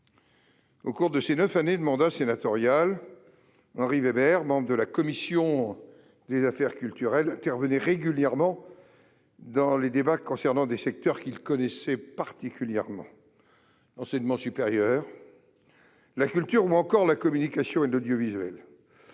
Au cours de ses neuf ans de mandat sénatorial, Henri Weber, membre de la commission des affaires culturelles, intervenait régulièrement dans les débats concernant des secteurs qu'il connaissait particulièrement : l'enseignement supérieur, la culture, ou encore la communication et l'audiovisuel.